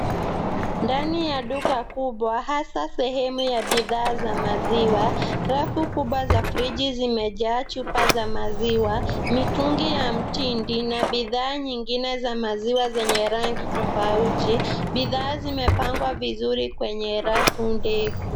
Ndani ya duka kubwa, hasa sehemu ya bidhaa za maziwa, rafu kubwa za friji zimejaa chupa za maziwa. Mitungi ya mtindi na bidhaa nyingine za maziwa zenye rangi tofauti. Bidhaa zimepangwa vizuri kwenye rafu ndefu.